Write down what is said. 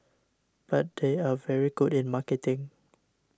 but they are very good in marketing